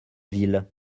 ville